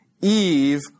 Eve